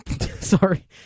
Sorry